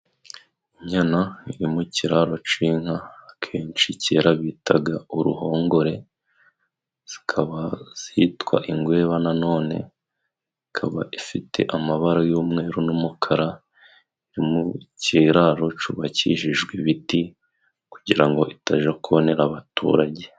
Inyana iri mu kiraro cinka akenshi cyera bitaga uruhongore zikaba zitwa ingweba. Na none ikaba ifite amabara y'umweru n'umukara yo mukiraro cubakishijwe ibiti kugira ngo itaja kononera abaturage.